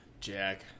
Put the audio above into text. Jack